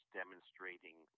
demonstrating